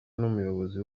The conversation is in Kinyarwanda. n’umuyobozi